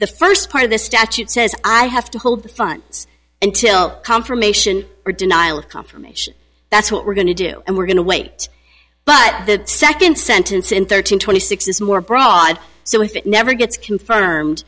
first part of the statute says i have to hold the funds until confirmation or denial of confirmation that's what we're going to do and we're going to wait but the second sentence in thirteen twenty six is more broad so if it never gets confirmed